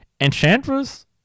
enchantress